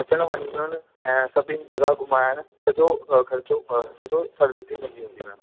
अचण वञण ऐं सभिनी जॻह घुमाइण सॼो ख़र्चो सॼो फलजी मिली वेंदी मैम